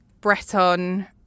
Breton